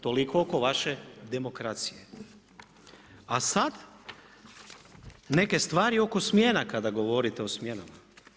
Toliko oko vaše demokracije, a sad neke stvari oko smjena kada govorite o smjenama.